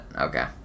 Okay